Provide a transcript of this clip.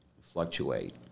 fluctuate